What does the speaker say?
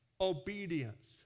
obedience